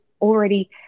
already